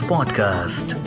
Podcast